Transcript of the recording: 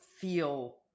feel